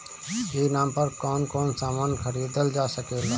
ई नाम पर कौन कौन समान खरीदल जा सकेला?